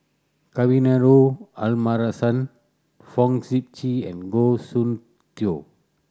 Kavignareru Amallathasan Fong Sip Chee and Goh Soon Tioe